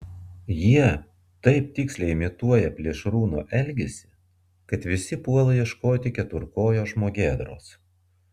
jie taip tiksliai imituoja plėšrūno elgesį kad visi puola ieškoti keturkojo žmogėdros